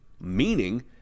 Meaning